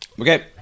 Okay